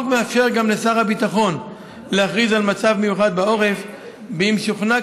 החוק מאפשר גם לשר הביטחון להכריז על מצב מיוחד בעורף אם שוכנע